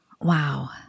Wow